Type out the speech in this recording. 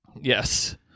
yes